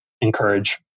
encourage